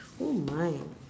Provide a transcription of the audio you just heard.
oh my